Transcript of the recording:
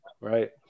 right